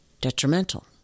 detrimental